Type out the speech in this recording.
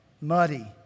muddy